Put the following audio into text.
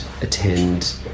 attend